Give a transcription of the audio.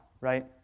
right